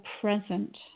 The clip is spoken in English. present